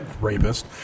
rapist